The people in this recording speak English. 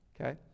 okay